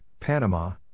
Panama